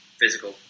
physical